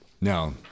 No